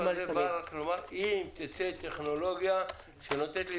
הסעיף הזה בא לומר: אם תצא טכנולוגיה שנותנת לי